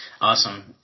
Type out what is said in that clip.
Awesome